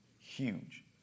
Huge